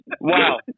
Wow